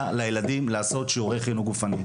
לילדים לעשות שיעורי חינוך גופני.